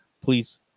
Please